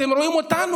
הם רואים אותנו.